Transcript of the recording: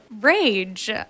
rage